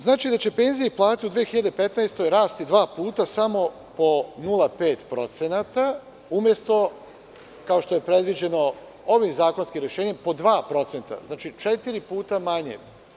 Znači da će penzije i plate u 2015. godini rasti dva puta, samo po 0,5%, umesto kao što je predviđeno ovim zakonskim rešenjem, po 2%, znači, četiri puta manje.